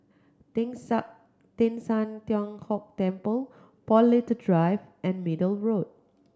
Teng San Teng San Tian Hock Temple Paul Little Drive and Middle Road